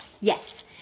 Yes